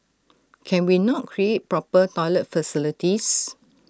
can we not create proper toilet facilities